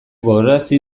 gogorarazi